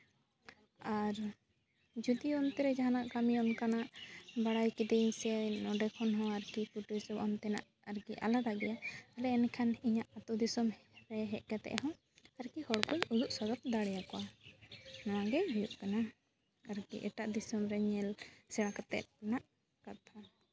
ᱟᱨ ᱡᱩᱫᱤ ᱚᱱᱛᱮ ᱨᱮ ᱡᱟᱦᱟᱱᱟᱜ ᱠᱟᱹᱢᱤ ᱚᱱᱠᱟ ᱵᱟᱲᱟᱭ ᱠᱤᱫᱟᱹᱧ ᱚᱸᱰᱮ ᱠᱷᱚᱱ ᱦᱚᱸ ᱟᱨᱠᱤ ᱠᱩᱴᱤᱨ ᱥᱤᱞᱯᱚ ᱚᱱᱛᱮᱱᱟᱜ ᱟᱨᱠᱤ ᱟᱞᱟᱫᱟ ᱜᱮᱭᱟ ᱛᱟᱦᱚᱞᱮ ᱮᱱᱠᱷᱟᱱ ᱤᱧᱟᱜ ᱟᱛᱳ ᱫᱤᱥᱚᱢ ᱨᱮ ᱦᱮᱡ ᱠᱟᱛᱮ ᱦᱚᱸ ᱟᱨᱠᱤ ᱦᱚᱲ ᱠᱚᱹᱧ ᱩᱫᱩᱜ ᱥᱚᱫᱚᱨ ᱫᱟᱲᱮᱭᱟᱠᱚᱣᱟ ᱱᱚᱣᱟ ᱜᱮ ᱦᱩᱭᱩᱜ ᱠᱟᱱᱟ ᱟᱨᱠᱤ ᱮᱴᱟᱜ ᱫᱤᱥᱚᱢ ᱨᱮᱱ ᱧᱮᱞ ᱥᱮᱬᱟ ᱠᱟᱛᱮ ᱢᱮᱱᱟᱜ ᱠᱟᱜ ᱠᱚᱣᱟ